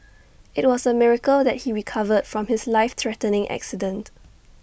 IT was A miracle that he recovered from his life threatening accident